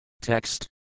Text